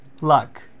luck